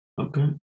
Okay